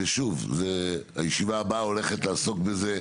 שוב, הישיבה הבאה הולכת לעסוק בזה.